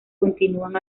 continúan